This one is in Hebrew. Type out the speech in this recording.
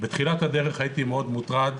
בתחילת הדרך הייתי מאוד מוטרד,